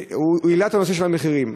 הוא העלה את נושא המחירים.